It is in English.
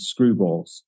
screwballs